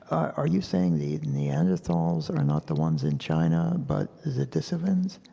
are you saying the neanderthals are not the ones in china but the denisovans?